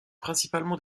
principalement